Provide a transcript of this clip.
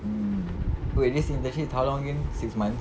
mm wait this internship is how long again six months